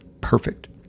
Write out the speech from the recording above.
Perfect